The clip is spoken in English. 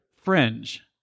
Fringe